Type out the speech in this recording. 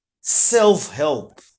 self-help